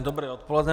Dobré odpoledne.